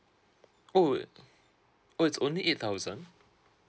oh oh it's only eight thousand